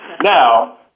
Now